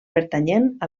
pertanyent